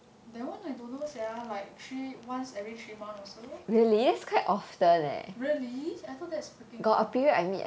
that one I don't know sia like three once every three months also really I thought that's freaking normal